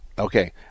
Okay